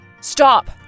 stop